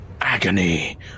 Agony